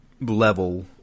level